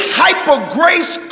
hyper-grace